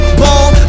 ball